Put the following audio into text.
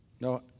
No